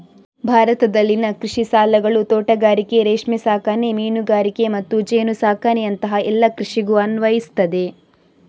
ಭಾರತದಲ್ಲಿನ ಕೃಷಿ ಸಾಲಗಳು ತೋಟಗಾರಿಕೆ, ರೇಷ್ಮೆ ಸಾಕಣೆ, ಮೀನುಗಾರಿಕೆ ಮತ್ತು ಜೇನು ಸಾಕಣೆಯಂತಹ ಎಲ್ಲ ಕೃಷಿಗೂ ಅನ್ವಯಿಸ್ತದೆ